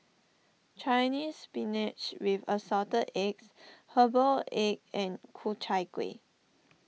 Chinese Spinach with Assorted Eggs Herbal Egg and Ku Chai Kuih